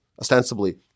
ostensibly